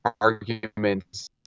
arguments